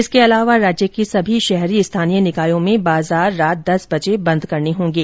इसके अलावा राज्य के सभी शहरी स्थानीय निकायों में बाजार रात दस बजे बंद करने होंगे